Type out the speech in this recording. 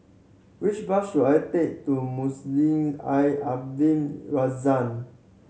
which bus should I take to Masjid Al Abdul Razak